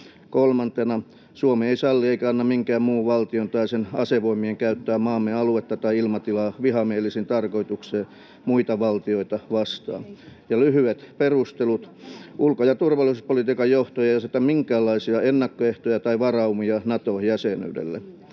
että Suomi ei salli eikä anna minkään muun valtion tai sen asevoimien käyttää maamme aluetta tai ilmatilaa vihamielisiin tarkoituksiin muita valtioita vastaan.” Ja lyhyet perustelut: Ulko- ja turvallisuuspolitiikan johto ei aseta minkäänlaisia ennakkoehtoja tai varaumia Nato-jäsenyydelle.